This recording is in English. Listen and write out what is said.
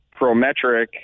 Prometric